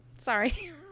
sorry